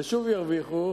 ושוב ירוויחו